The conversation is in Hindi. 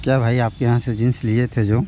क्या भाई आपके यहाँ से जींस लिए थे जो